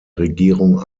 regierung